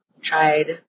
tried